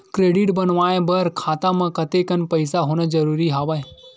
Credit बनवाय बर खाता म कतेकन पईसा होना जरूरी हवय?